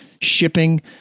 shipping